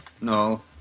No